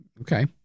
Okay